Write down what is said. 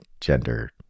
gender